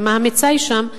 ומה המצאי שם,